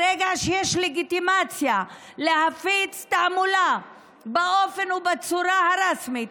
ברגע שיש לגיטימציה להפיץ תעמולה באופן ובצורה הרשמיים,